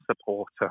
supporter